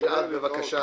גלעד אלירז, בבקשה.